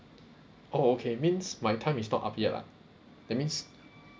oh okay means my time is not up yet lah that means